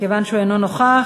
מכיוון שהוא אינו נוכח,